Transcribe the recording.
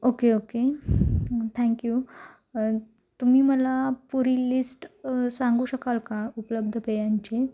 okay okay thank you तुम्ही मला पुरी लिस्ट सांगू शकाल का उपलब्ध पेयांची